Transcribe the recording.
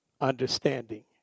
understanding